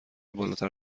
بالاتر